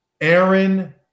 Aaron